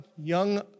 young